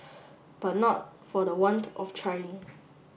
but not for the want of trying